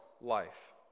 life